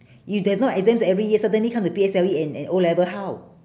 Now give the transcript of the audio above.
if there no exams every year suddenly come to P_S_L_E and and O-level how